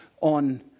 on